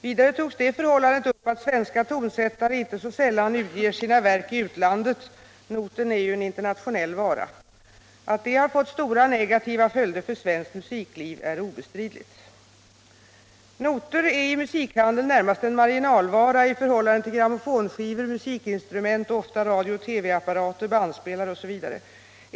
Vidare togs det förhållandet upp att svenska tonsättare inte så sällan utger sina verk i utlandet — noter är ju en internationell vara. Att detta har fått stora negativa följder för svenskt musikliv är obestridligt. Noter är i musikhandeln närmast en marginalvara i förhållande till grammofonskivor, musikinstrument och ofta radiooch TV-apparater, bandspelare etc.